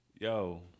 Yo